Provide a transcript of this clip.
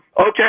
Okay